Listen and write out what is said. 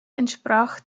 entsprach